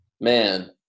Man